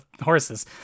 horses